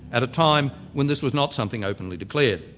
at a time when this was not something openly declared.